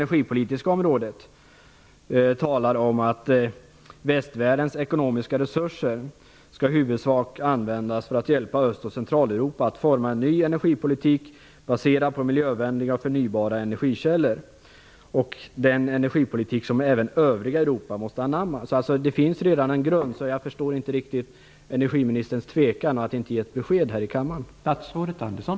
Där talar man mycket tydligt om att västvärldens ekonomiska resurser i huvudsak skall användas för att hjälpa Öst och Centraleuropa att forma en ny energipolitik baserad på miljövänliga och förnybara energikällor. Det är en energipolitik som även övriga Europa måste anamma. Det finns redan en grund. Jag förstår inte riktigt energiministerns tvekan och att han inte kan ge ett besked här i kammaren.